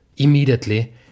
Immediately